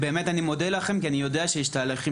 אני קודם כל מודה לכם כי אני יודע שכן נעשים תהליכים